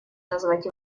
назвать